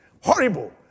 Horrible